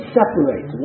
separate